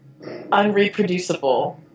unreproducible